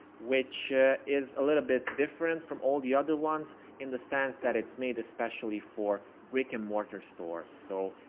which ah is a little bit different from all the other ones in the sense that it's made, especially for brick and mortar stores. so